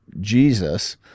Jesus